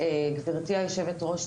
גבירתי יושבת הראש,